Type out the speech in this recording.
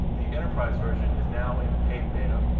the enterprise version, is now in paid beta.